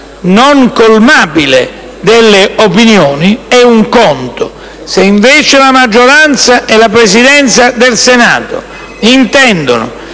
non colmabile delle opinioni, è un conto; se invece la maggioranza e la Presidenza del Senato intendono,